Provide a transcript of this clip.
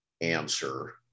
answer